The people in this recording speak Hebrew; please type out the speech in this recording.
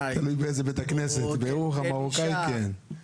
הכוונה היא לעשות פנייה מרוכזת לשאר בתי הדין,